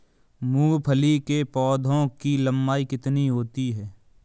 मूंगफली के पौधे की लंबाई कितनी होती है?